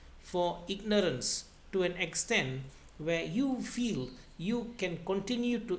for ignorance to an extent where you feel you can continue to